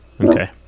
Okay